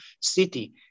city